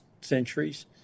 centuries